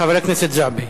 חברת הכנסת חנין זועבי.